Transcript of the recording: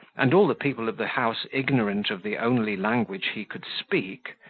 and all the people of the house ignorant of the only language he could speak,